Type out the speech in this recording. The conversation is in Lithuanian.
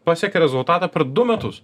pasiekė rezultatą per du metus